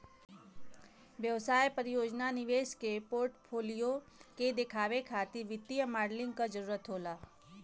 व्यवसाय परियोजना निवेश के पोर्टफोलियो के देखावे खातिर वित्तीय मॉडलिंग क जरुरत होला